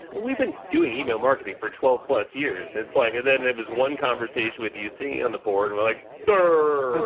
we've been doing email marketing for twelve plus years and it's like, and then it was one conversation with you seeing it on the board and we're like,